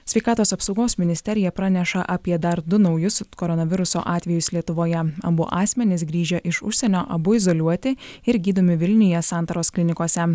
sveikatos apsaugos ministerija praneša apie dar du naujus koronaviruso atvejus lietuvoje abu asmenys grįžę iš užsienio abu izoliuoti ir gydomi vilniuje santaros klinikose